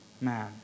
man